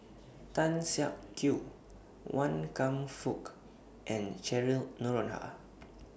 Tan Siak Kew Wan Kam Fook and Cheryl Noronha